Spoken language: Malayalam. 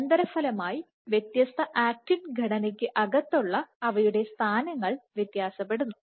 അനന്തരഫലമായി വ്യത്യസ്ത ആക്റ്റിൻ ഘടനക്ക് അകത്തുള്ളഅവയുടെ സ്ഥാനങ്ങൾ വ്യത്യാസപ്പെടുന്നു